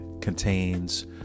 contains